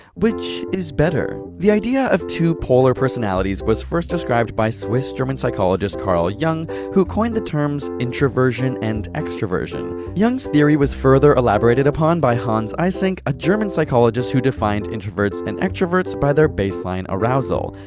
which is better? the idea of two polar personalities was first described by swiss german psychologist carl jung, who coined the terms introversion and extraversion. jung's theory was further elaborated upon by hans eysenck, a german psychologist who defined introverts and extroverts by their baseline arousal.